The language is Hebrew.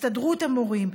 הסתדרות המורים,